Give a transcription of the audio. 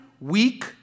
weak